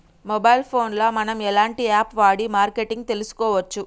Mobile phone లో మనం ఎలాంటి యాప్ వాడి మార్కెటింగ్ తెలుసుకోవచ్చు?